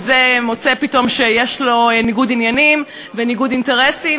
וזה מוצא פתאום שיש לו ניגוד עניינים וניגוד אינטרסים,